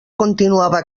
continuava